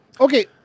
Okay